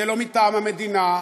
זה לא מטעם המדינה,